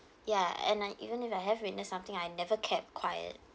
ya and I even if I have witnessed something I never kept quiet